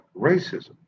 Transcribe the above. racism